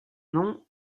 nom